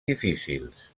difícils